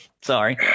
Sorry